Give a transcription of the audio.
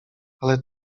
ale